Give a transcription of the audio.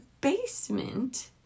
basement